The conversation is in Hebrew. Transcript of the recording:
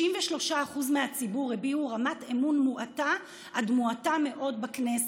63% מהציבור הביעו רמת אמון מועטה עד מועטה מאוד בכנסת.